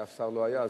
כשאף שר לא היה,